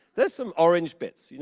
there's some orange bits, you know